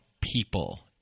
people